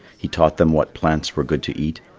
he taught them what plants were good to eat,